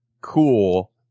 cool